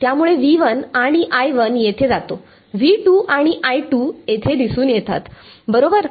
त्यामुळे आणि येथे जातो आणि इथे दिसून येतात बरोबर